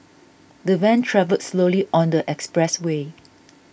the van travelled slowly on the expressway